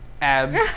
abs